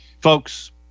Folks